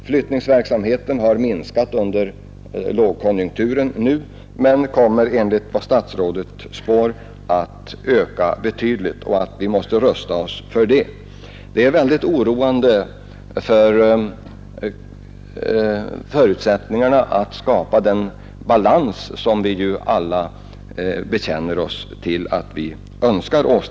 Flyttningsverksamheten har minskat under lågkonjunkturen men kommer enligt vad statsrådet spår att öka betydligt, och vi måste rusta oss för det. Det är väldigt oroande med tanke på förutsättningarna att skapa den balans som vi ju alla bekänner oss till.